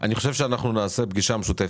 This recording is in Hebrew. אני חושב שאנחנו נעשה פגישה משותפת,